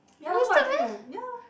ya so I think eh yeah